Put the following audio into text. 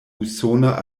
usona